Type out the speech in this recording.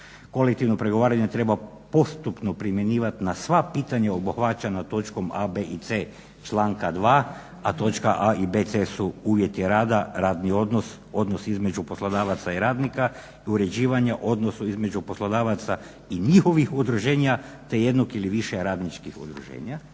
Kolektivno pregovaranje treba postupno primjenjivati na sva pitanja obuhvaćena točkom A, B i C članka 2., a točka A, B i C su uvjeti rada, radni odnos, odnos između poslodavaca i radnika, i uređivanje odnosa između poslodavaca i njihovih udruženja, te jednog ili više radničkih udruženja.